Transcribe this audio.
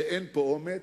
שאין פה אומץ,